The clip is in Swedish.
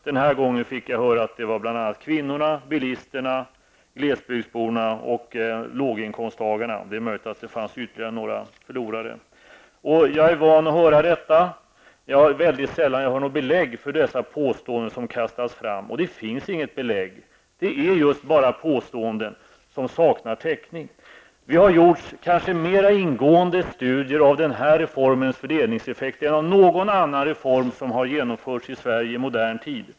Den här gången fick jag höra att det var kvinnorna, bilisterna, glesbygdsborna och låginkomsttagarna -- det är möjligt att det fanns ytterligare några förlorare. Jag är van att höra detta, men det är väldigt sällan det anförs något belägg för de påståenden som kastas fram, och det finns inget belägg. Det är just bara påståenden som saknar täckning. Det har troligen gjorts mera ingående studier av den här reformens fördelningseffekter än i samband med någon annan reform som genomförts i Sverige i modern tid.